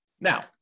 Now